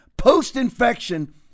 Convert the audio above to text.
post-infection